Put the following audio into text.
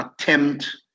attempt